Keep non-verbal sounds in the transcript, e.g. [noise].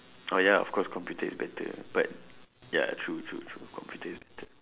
[noise] oh ya of course computer is better but ya true true true computer is better